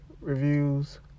Reviews